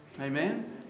Amen